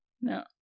No